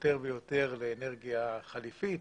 יותר ויותר לאנרגיה חליפית.